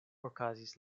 okazis